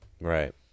Right